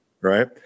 Right